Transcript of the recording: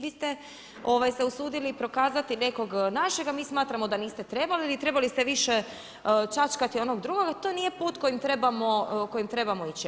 Vi ste se usudili prokazati nekoga našega, mi smatramo da niste trebali ili trebali ste više čačkati onog drugoga, to nije put kojim trebamo ići.